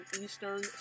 Eastern